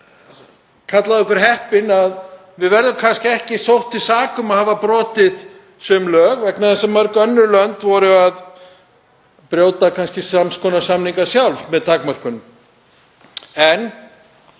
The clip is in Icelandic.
kallað okkur heppin að vera kannski ekki sótt til saka um að hafa brotið sum lög vegna þess að mörg önnur lönd voru að brjóta sams konar samninga sjálf með takmörkunum. En